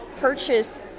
Purchase